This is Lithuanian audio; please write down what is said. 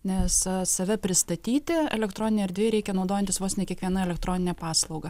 nes save pristatyti elektroninėj erdvėj reikia naudojantis vos ne kiekviena elektronine paslauga